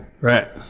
Right